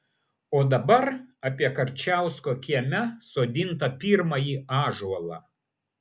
o dabar apie karčiausko kieme sodintą pirmąjį ąžuolą